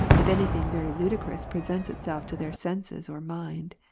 if any thing very ludicrous presents itself to their senses or mind.